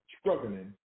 struggling